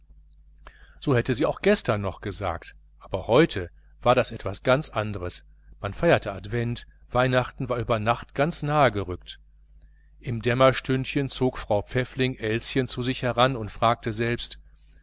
so hätte sie auch gestern noch gesagt aber heute war das etwas ganz anderes man feierte advent weihnachten war über nacht ganz nahe gerückt im dämmerstündchen zog frau pfäffling elschen zu sich heran und fragte selbst